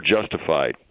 justified